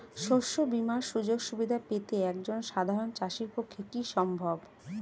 শস্য বীমার সুযোগ সুবিধা পেতে একজন সাধারন চাষির পক্ষে কি সম্ভব?